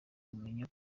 kumenya